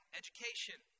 education